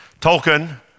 Tolkien